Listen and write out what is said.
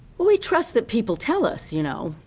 we trust that people tell us, you know,